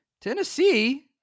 Tennessee